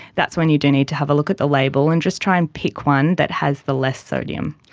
that's when you do need to have a look at the label and just try and pick one that has the less sodium.